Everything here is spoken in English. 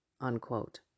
unquote